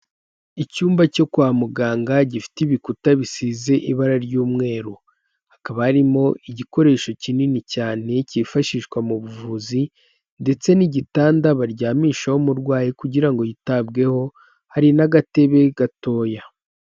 Icyumba cyo kwa muganga gifite ibikuta bisize ibara ry'umweru, hakaba harimo igikoresho kinini cyane cyifashishwa mu buvuzi ndetse n'igitanda baryamishaho umurwayi kugira ngo yitabweho, hari n'agatebe gatoya.